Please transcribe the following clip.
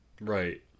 Right